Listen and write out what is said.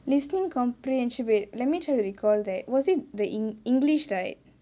listening comprehension wait let me try to recall right was it the english english right